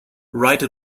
write